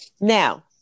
Now